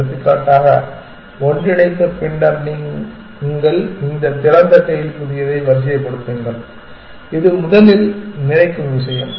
எடுத்துக்காட்டாக ஒன்றிணைத்து பின்னர் இந்த திறந்த டெயில் புதியதை வரிசைப்படுத்துங்கள் இது முதலில் நினைக்கும் விஷயம்